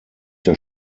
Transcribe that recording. der